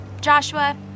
Joshua